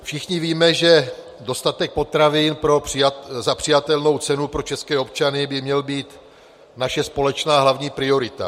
Všichni víme, že dostatek potravin za přijatelnou cenu pro české občany by měl být naše společná hlavní priorita.